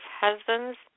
husbands